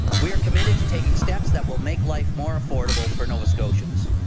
we are committed to taking steps that will make life more affordable for nova scotians.